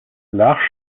l’arche